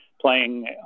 playing